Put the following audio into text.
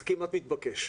זה כמעט מתבקש.